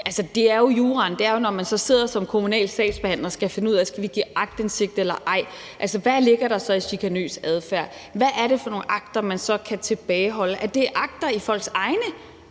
over, er jo juraen. Når man sidder som kommunal sagsbehandler og skal finde ud af, om man skal give aktindsigt eller ej, hvad ligger der så i begrebet chikanøs adfærd? Hvad er det for nogle akter, man så kan tilbageholde? Er det akter i folks egne